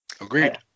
Agreed